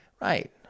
Right